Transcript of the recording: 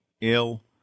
ill